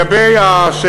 קשה לי שלא,